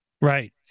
Right